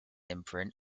imprint